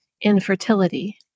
infertility